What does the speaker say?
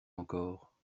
encore